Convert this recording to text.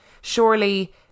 Surely